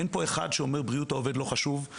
אין פה אחד שאומר, בריאות העובד לא חשוב.